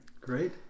Great